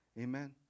Amen